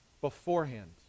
beforehand